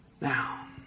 Now